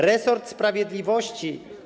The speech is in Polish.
Resort sprawiedliwości.